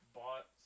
bought